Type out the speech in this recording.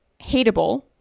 hateable